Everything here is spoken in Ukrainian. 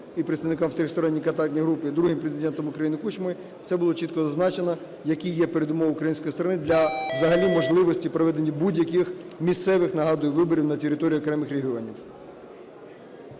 і представникам в тристоронній контактній групі, і другим Президентом України Кучмою, це було чітко зазначено, які є передумови української сторони для взагалі можливості у проведенні будь-яких місцевих, нагадую, виборів на території окремих регіонів.